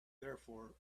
therefore